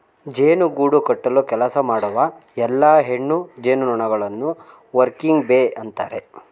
ಜೇನು ಗೂಡು ಕಟ್ಟಲು ಕೆಲಸ ಮಾಡುವ ಎಲ್ಲಾ ಹೆಣ್ಣು ಜೇನುನೊಣಗಳನ್ನು ವರ್ಕಿಂಗ್ ಬೀ ಅಂತರೆ